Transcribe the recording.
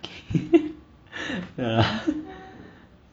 ya